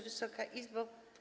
Wysoka Izbo!